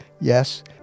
yes